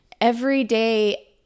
everyday